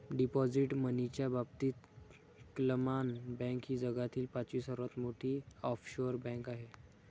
deposit मनीच्या बाबतीत क्लामन बँक ही जगातील पाचवी सर्वात मोठी ऑफशोअर बँक आहे